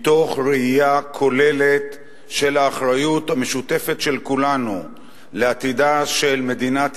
מתוך ראייה כוללת של האחריות המשותפת של כולנו לעתידה של מדינת ישראל,